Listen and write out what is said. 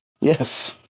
Yes